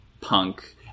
punk